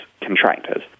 contractors